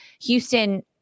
Houston